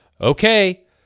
okay